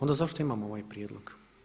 Onda zašto imamo ovaj prijedlog?